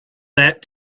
that